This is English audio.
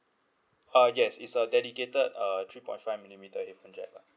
uh yes it's a dedicated uh three point five millimetre headphone jack lah